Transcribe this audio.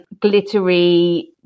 glittery